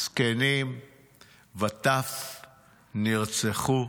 זקנים וטף נרצחו,